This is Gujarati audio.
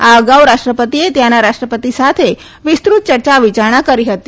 આ અગાઉ રાષ્ટ્રપતિએ ત્યાંના રાષ્ટ્રપતિ સાથે વિસ્તૃત યર્યા વિયારણા કરી હતી